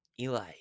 Eli